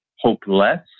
hopeless